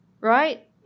right